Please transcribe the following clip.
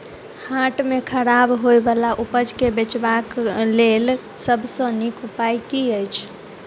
हाट मे खराब होय बला उपज केँ बेचबाक क लेल सबसँ नीक उपाय की अछि?